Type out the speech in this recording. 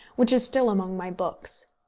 which is still among my books.